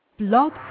Blog